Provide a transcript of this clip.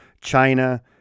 China